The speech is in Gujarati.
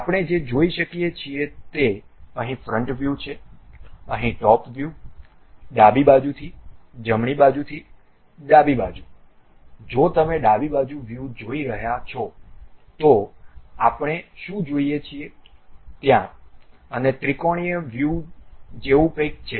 આપણે જે જોઈ શકીએ છીએ તે અહીં ફ્રન્ટ વ્યુ છે અહીં ટોપ વ્યુ ડાબી બાજુથી જમણી બાજુથી ડાબી બાજુ જો તમે ડાબી બાજુ વ્યુ જોઈ રહ્યા છો તો આપણે શું જોઈએ છીએ ત્યાં અને ત્રિકોણીય વ્યુ જેવું કંઈક છે